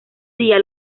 día